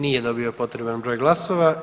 Nije dobio potreban broj glasova.